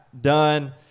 done